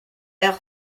air